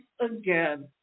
again